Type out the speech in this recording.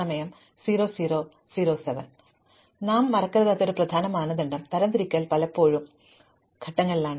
അതിനാൽ നാം മറക്കരുതാത്ത ഒരു പ്രധാന മാനദണ്ഡം തരംതിരിക്കൽ പലപ്പോഴും ഘട്ടങ്ങളിലാണ്